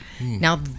Now